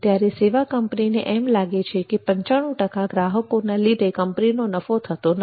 ત્યારે સેવા કંપનીને એમ લાગે છે કે 95 ટકા ગ્રાહકોના લીધે કંપનીનો નફો થતો નથી